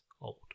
old